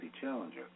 challenger